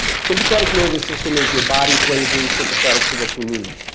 sympathetic nervous system is your body's way of being sympathetic to what you need.